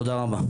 תודה רבה.